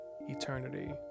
eternity